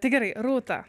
tai gerai rūta